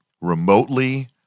remotely